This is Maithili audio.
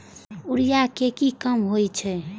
यूरिया के की काम होई छै?